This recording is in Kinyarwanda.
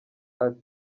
ati